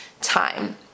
time